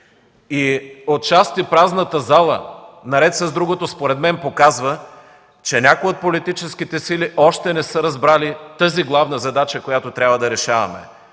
Отчасти празната зала, наред с другото, според мен, пак казвам, че някои от политическите сили още не са разбрали тази главна задача, която трябва да решаваме